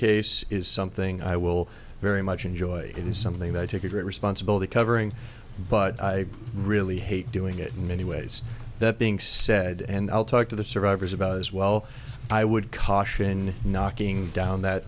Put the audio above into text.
case is something i will very much enjoy it is something that i take a great responsibility covering but i really hate doing it in many ways that being said and i'll talk to the survivors about as well i would caution knocking down that